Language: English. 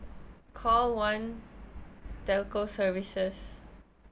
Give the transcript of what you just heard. call one telcoservices